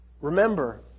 remember